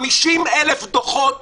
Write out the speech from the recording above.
50,000 דוחות